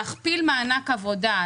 להכפיל מענק עבודה,